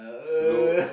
slow